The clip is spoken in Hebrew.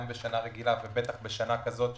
גם בשנה רגילה ובטח בשנה כזאת,